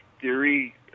theory